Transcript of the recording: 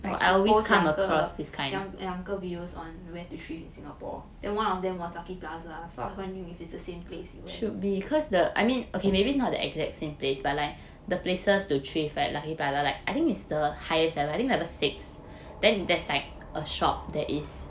like she post 两个两个 videoes on where to thrift in singapore then one of them was lucky plaza so I was wondering if it's the same place you went